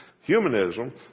Humanism